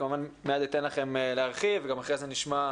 וכמובן מייד אתן לכם להרחיב וגם אחרי כן נשמע,